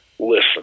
listen